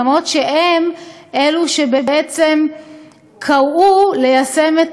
אף-על-פי שהם אלו שבעצם קראו ליישם את